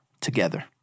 together